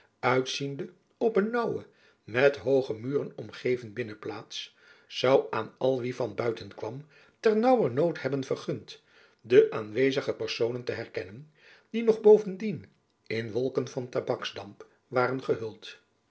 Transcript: uitziende op een naauwe met hooge muren omgeven binnenplaats zoû aan al wie van buiten kwam ter naauwernood hebben vergund de aanwezige personen te herkennen die nog bovendien in wolken van tabaksdamp waren gehuld